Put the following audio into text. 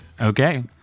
Okay